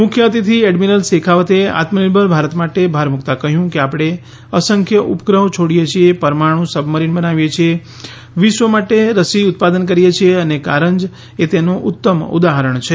મુખ્ય અતિથિ એડમિરલ શેખાવતે આત્મનિર્ભર ભારત માટે ભાર મૂકતાં કહ્યું કે આપણે અસંખ્ય ઉપગ્રહો છોડીએ છીએ પરમાણુ સબમરીન બનાવીએ છીએ વિશ્વ માટે રસી ઉત્પાદન કરીએ છીએ અને આ કારંજ તેનું ઉત્તમ ઉદાહરણ છે